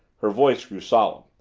her voice grew solemn,